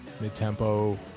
mid-tempo